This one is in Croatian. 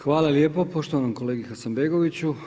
Hvala lijepo poštovanom kolegi Hasanbegoviću.